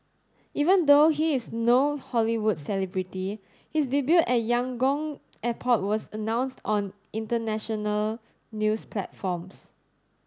even though he is no Hollywood celebrity his debut at Yangon airport was announced on international news platforms